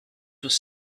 was